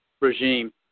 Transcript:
regime